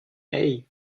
hey